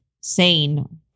sane